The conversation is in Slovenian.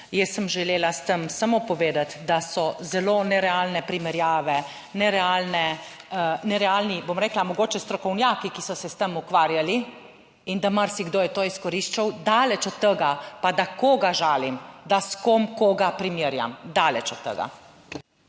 Jaz sem želela s tem samo povedati, da so zelo nerealne primerjave, nerealne, nerealni, bom rekla, mogoče strokovnjaki, ki so se s tem ukvarjali in da marsikdo je to izkoriščal. Daleč od tega pa, da koga žalim, da s kom koga primerjam, daleč od tega.